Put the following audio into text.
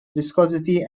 viscosity